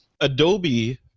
Adobe